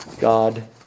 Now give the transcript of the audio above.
God